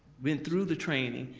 went through the training,